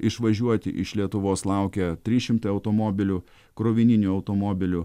išvažiuoti iš lietuvos laukia trys šimtai automobilių krovininių automobilių